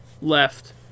left